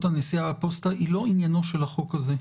הנסיעה בפוסטה היא לא עניינו של החוק הזה.